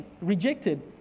rejected